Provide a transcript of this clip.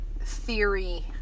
theory